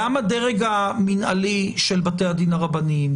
גם הדרג המינהלי של בתי הדין הרבניים,